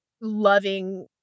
loving